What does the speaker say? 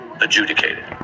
adjudicated